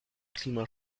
klima